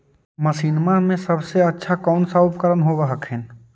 मसिनमा मे सबसे अच्छा कौन सा उपकरण कौन होब हखिन?